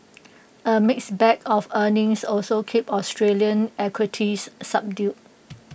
A mixed bag of earnings also kept Australian equities subdued